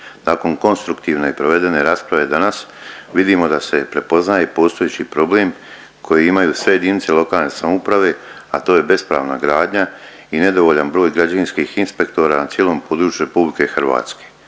Nakon konstruktivne i provedene rasprave danas vidimo da se prepoznaje i postojeći problem koji imaju sve jedinice lokalne samouprave, a to je bespravna gradnja i nedovoljan broj građevinskih inspektora na cijelom području Republike Hrvatske.